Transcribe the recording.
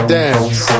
dance